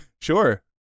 Sure